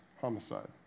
homicide